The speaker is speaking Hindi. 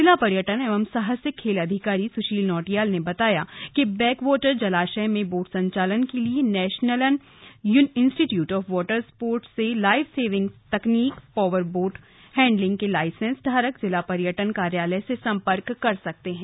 जिला पयर्टन एवं साहसिक खेल अधिकारी सुशील नौटियाल ने बताया कि बैक वॉटर जलाशय में बोट संचालन के लिए national institute of water sports से लाइव सेविंग तकनीक पावर बोट हैंडलिंग के लाइसेंस धारक जिला पर्यटन कार्यालय से सम्पर्क कर सकते है